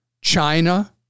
China